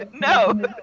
no